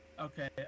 Okay